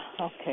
okay